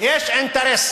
יש אינטרס